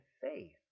faith